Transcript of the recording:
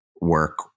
work